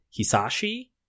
Hisashi